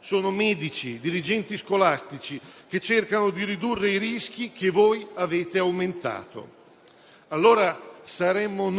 Sono i medici e i dirigenti scolastici che cercano di ridurre i rischi che voi avete aumentato. Saremmo allora